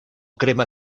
crema